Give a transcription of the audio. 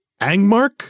Angmark